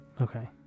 Okay